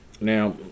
Now